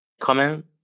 comment